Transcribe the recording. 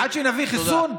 שנביא חיסון?